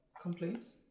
Complaints